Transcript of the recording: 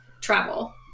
travel